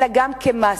אלא גם כמעסיק,